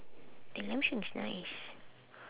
the lamb shank is nice